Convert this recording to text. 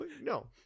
No